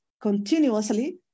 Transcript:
continuously